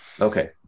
Okay